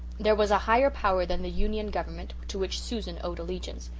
there was a higher power than the union government, to which susan owed allegiance.